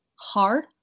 Hard